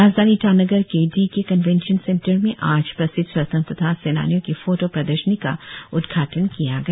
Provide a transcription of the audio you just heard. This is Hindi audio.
राजधानी ईटानगर के डी के कनवेंशन सेंटर में आज प्रसिद्ध स्वतंत्रता सेनानियों के फोटो प्रदर्शनियां का उद्घाटन किया गया